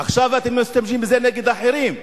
עכשיו אתם משתמשים בזה נגד אחרים?